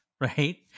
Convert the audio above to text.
Right